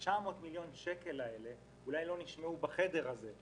ה-900 מיליון שקל האלה אולי לא נשמעו בחדר הזה,